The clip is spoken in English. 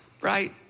Right